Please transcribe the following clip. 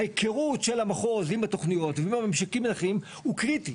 ההיכרות של המחוז עם התוכניות ועם הממשקים האחרים הוא קריטי.